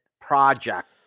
project